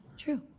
True